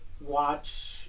watch